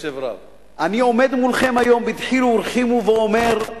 אני עומד מולכם היום בדחילו ורחימו ואומר: